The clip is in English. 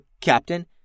Captain